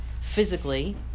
physically